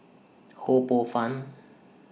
Ho Poh Fun